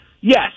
Yes